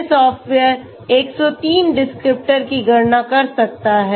यह software 103 descriptor की गणना कर सकता है